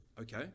okay